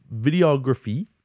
videography